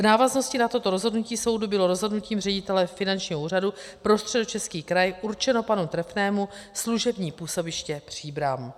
V návaznosti na toto rozhodnutí soudu bylo rozhodnutím ředitele Finančního úřadu pro Středočeský kraj určeno panu Trefnému služební působiště Příbram.